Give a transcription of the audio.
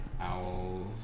owls